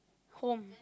home